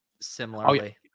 similarly